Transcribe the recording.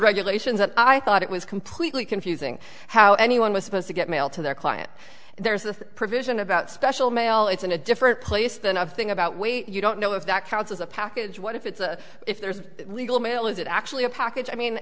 regulations and i thought it was completely confusing how anyone was supposed to get mail to their client and there's this provision about special mail it's in a different place than nothing about wait you don't know if that counts as a package what if it's a if there's a legal mail is it actually a package i mean